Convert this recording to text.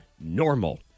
normal